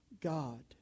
God